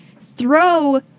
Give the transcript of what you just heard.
throw